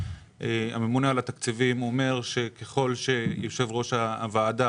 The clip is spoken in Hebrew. הממונה על התקציבים אומר שככל שיושב ראש הוועדה